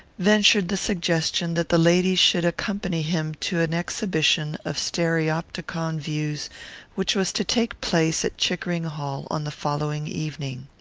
ventured the suggestion that the ladies should accompany him to an exhibition of stereopticon views which was to take place at chickering hall on the following evening.